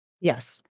Yes